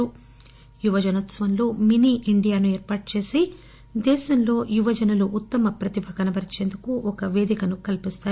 జాతీయ యువజనోత్పవంలో మినీ ఇండియాను ఏర్పాటుచేసి దేశంలో యువజనులు ఉత్తమ ప్రతిభ కనబరిచేందుకు ఒక వేదికను కల్పిస్తారు